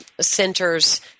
centers